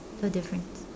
uh different